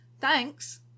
Thanks